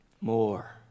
more